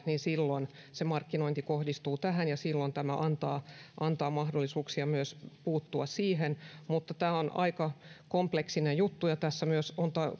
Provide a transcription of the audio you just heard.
niin silloin se markkinointi kohdistuu tähän ja silloin tämä antaa antaa mahdollisuuksia myös puuttua siihen mutta tämä on aika kompleksinen juttu ja tässä myös